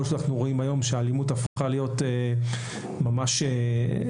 שאנחנו רואים היום כאשר האלימות הפכה להיות עם ממש אירועים